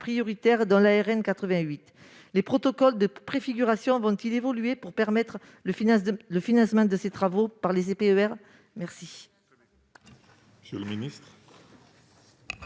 dont la RN88 ? Les protocoles de préfiguration vont-ils évoluer pour permettre le financement de ces travaux dans le cadre des